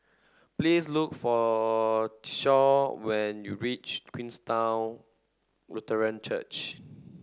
please look for when you reach Queenstown Lutheran Church